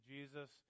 Jesus